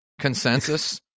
consensus